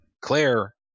Claire